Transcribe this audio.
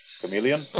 chameleon